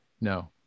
No